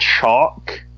chalk